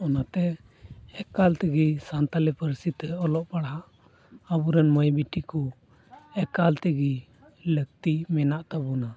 ᱚᱱᱟ ᱛᱮ ᱮᱠᱟᱞ ᱛᱮᱜᱮ ᱥᱟᱱᱛᱟᱲᱤ ᱯᱟᱹᱨᱥᱤ ᱛᱮ ᱚᱞᱚᱜ ᱯᱟᱲᱦᱟᱜ ᱟᱵᱚᱨᱮᱱ ᱢᱟᱹᱭ ᱵᱤᱴᱤ ᱠᱚ ᱮᱠᱟᱞ ᱛᱮᱜᱮ ᱞᱟᱹᱠᱛᱤ ᱢᱮᱱᱟᱜ ᱛᱟᱵᱚᱱᱟ